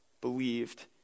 believed